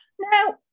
Now